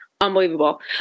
unbelievable